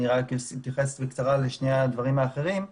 אני אתייחס בקצרה לשני הדברים האחרים,